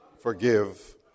forgive